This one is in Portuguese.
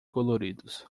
coloridos